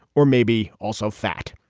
or maybe also fat.